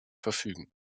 verfügen